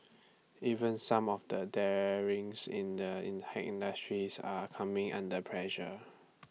even some of the darlings in the tech industry are coming under pressure